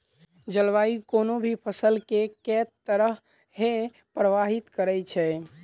जलवायु कोनो भी फसल केँ के तरहे प्रभावित करै छै?